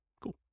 Cool